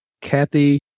Kathy